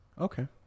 Okay